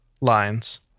lines